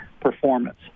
performance